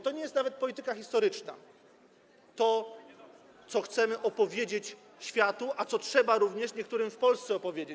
To nie jest nawet polityka historyczna, to, co chcemy opowiedzieć światu, a co trzeba również niektórym w Polsce opowiedzieć.